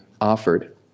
offered